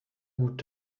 gut